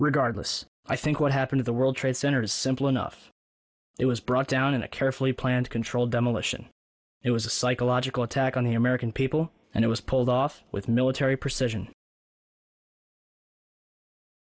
regardless i think what happened to the world trade center is simple enough it was brought down in a carefully planned controlled demolition it was a psychological attack on the american people and it was pulled off with military precision